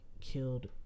killed